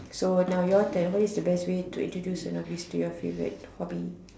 so now your turn what is the best way to introduce a novice to your favorite hobby